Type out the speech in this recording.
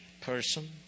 person